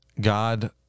God